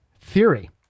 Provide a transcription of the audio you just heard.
theory